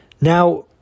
Now